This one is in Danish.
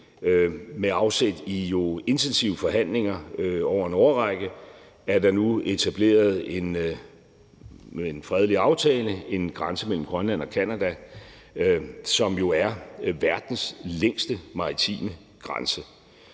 Med afsæt i intensive forhandlinger over en årrække er der jo nu med en fredelig aftale etableret en grænse mellem Grønland og Canada, som jo er verdens længste maritime grænse